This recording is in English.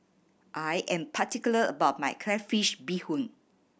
I am particular about my crayfish beehoon